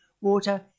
water